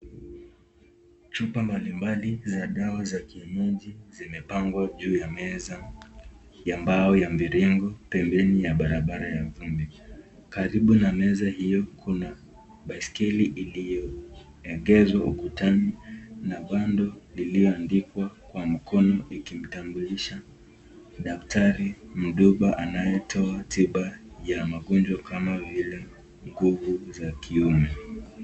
Chupa mbalimbali za dawa za kienyeji, zimepangwa juu ya meza ya mbao ya mviringo, pembeni ya barabara ya lami. Karibu na meza hiyo, kuna baiskeli iliyoegezwa ukutani na bando liliyoandikwa kwa mkono, likimtambulisha daktari mduba anayetoa tiba ya magonjwa kama vile nguvu za kiume.